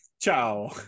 Ciao